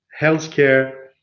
healthcare